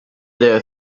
the